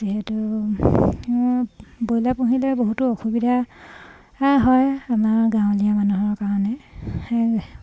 যিহেতু ব্ৰইলাৰ পুহিলে বহুতো অসুবিধা হয় আমাৰ গাঁৱলীয়া মানুহৰ কাৰণে